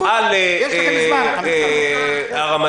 אין שום חובה לוועדה